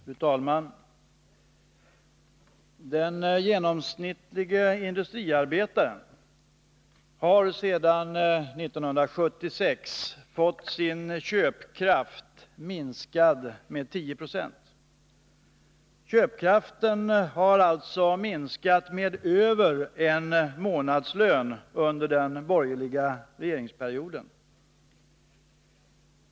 Fru talman! Den genomsnittliga industriarbetaren har sedan 1976 fått sin köpkraft minskad med 10 96. Köpkraften har alltså minskat med över en månadslön under den borgerliga regeringsperioden.